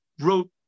wrote